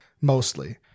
Mostly